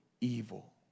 evil